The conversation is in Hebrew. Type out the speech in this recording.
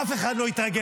אף אחד לא התרגש.